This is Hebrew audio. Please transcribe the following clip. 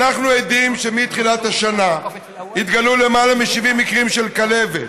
ואנחנו עדים לכך שמתחילת השנה התגלו למעלה מ-70 מקרים של כלבת,